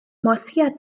marcia